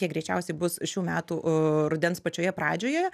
jie greičiausiai bus šių metų rudens pačioje pradžioje